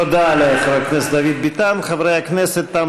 תודה לחבר הכנסת דוד ביטן.